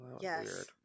Yes